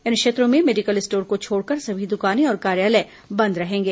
इन क्षेत्रों में medical store को छोड़कर सभी द् कानें और कार्यालय बंद रहेंगे